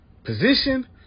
Position